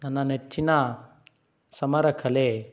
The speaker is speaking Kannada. ನನ್ನ ನೆಚ್ಚಿನ ಸಮರ ಕಲೆ